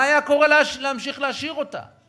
מה היה קורה אם היו משאירים אותה?